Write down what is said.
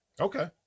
okay